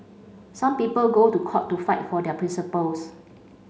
some people go to court to fight for their principles